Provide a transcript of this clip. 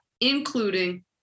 including